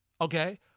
Okay